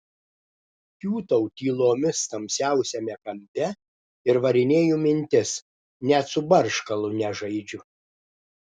kiūtau tylomis tamsiausiame kampe ir varinėju mintis net su barškalu nežaidžiu